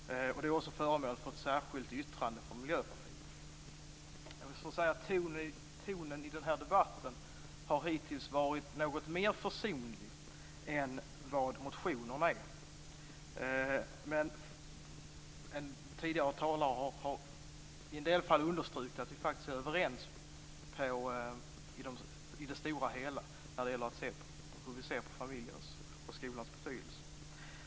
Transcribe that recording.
Detta har också blivit föremål för ett särskilt yttrande från Miljöpartiet. Tonen i den här debatten har hittills varit något mer försonlig än i motionerna. Tidigare talare har i en del fall understrukit att vi faktiskt är överens i det stora hela när det gäller hur vi ser på familjens och skolans betydelse.